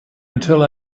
until